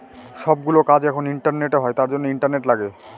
সব গুলো কাজ এখন ইন্টারনেটে হয় তার জন্য ইন্টারনেট লাগে